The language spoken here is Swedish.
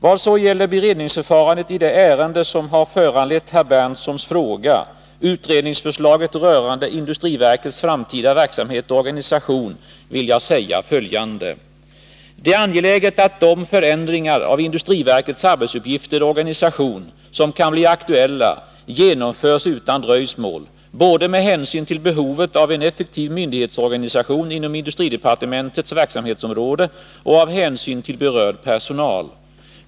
Vad så gäller beredningsförfarandet i det ärende som har föranlett herr Berndtsons fråga, utredningsförslaget rörande industriverkets framtida verksamhet och organisation, vill jag säga följande. Det är angeläget att de förändringar av industriverkets arbetsuppgifter och organisation som kan bli aktuella genomförs utan dröjsmål, både med hänsyn till behovet av en effektiv myndighetsorganisation inom industridepartementets verksamhetsområde och av hänsyn till berörd personal.